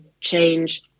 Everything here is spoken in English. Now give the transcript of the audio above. change